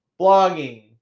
blogging